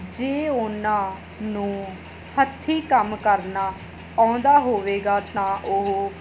ਜੇ ਉਹਨਾਂ ਨੂੰ ਹੱਥੀਂ ਕੰਮ ਕਰਨਾ ਆਉਂਦਾ ਹੋਵੇਗਾ ਤਾਂ ਉਹ